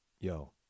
yo